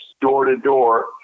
door-to-door